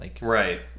Right